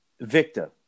Victor